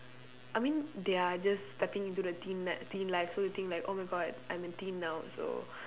I mean they are just stepping into the teen n~ teen life so they think like oh my god I'm a teen now so